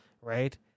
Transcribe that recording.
right